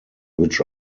which